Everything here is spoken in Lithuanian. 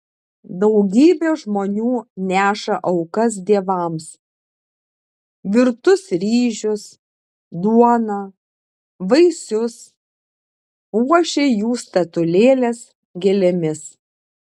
daugybė žmonių neša aukas dievams virtus ryžius duoną vaisius puošia jų statulėles gėlėmis